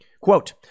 Quote